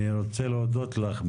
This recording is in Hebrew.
אני רוצה להודות לך,